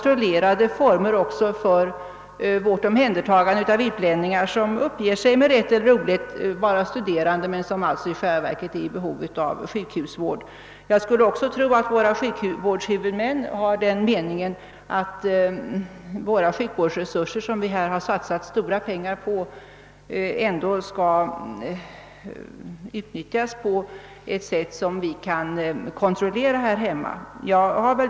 trollerade former också för vårt omhändertagande av utlänningar som uppger sig — med rätt eller orätt — vara studerande men som i själva verket är i behov av sjukhusvård. Jag skulle också tro att våra sjukvårdshuvudmän har den meningen att sjukvårdsresurserna i landet, som vi har satsat stora pengar på, ändå skall utnyttjas på ett sätt som vi kan kontrollera här hemma.